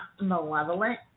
malevolent